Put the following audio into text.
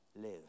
live